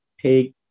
take